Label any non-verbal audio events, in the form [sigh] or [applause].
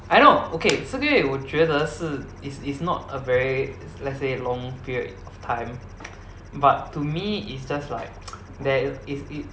I know okay 四个月我觉得是 is is not a very let's say long period but to me is just like [noise] there is i~